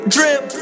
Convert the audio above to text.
Drip